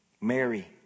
Mary